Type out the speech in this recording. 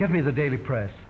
give me the daily press